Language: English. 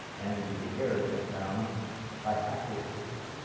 and the errors went down by a factor of fifty.